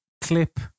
clip